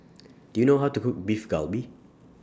Do YOU know How to Cook Beef Galbi